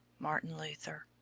martin luther